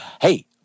Hey